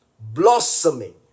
blossoming